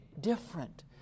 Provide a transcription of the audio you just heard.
different